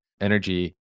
energy